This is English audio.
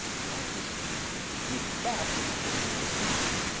barack just using the bathroom up in there with a smile.